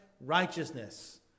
righteousness